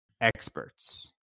Experts